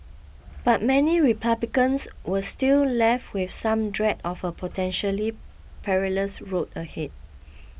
but many Republicans were still left with some dread of a potentially perilous road ahead